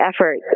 effort